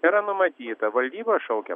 yra numatyta valdyba šaukia